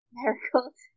Miracles